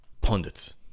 pundits